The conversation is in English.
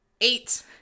eight